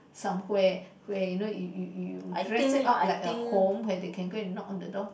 somewhere where you know you you you dress it up like a home where you can go and knock on the door